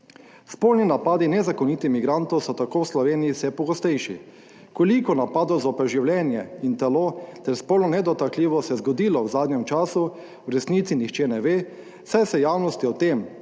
Spolni napadi nezakonitih migrantov so tako v Sloveniji vse pogostejši. Koliko napadov zoper življenje in telo ter spolno nedotakljivost se je zgodilo v zadnjem času v resnici nihče ne ve saj se javnosti o tem,